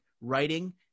writing